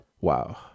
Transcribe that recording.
Wow